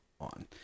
on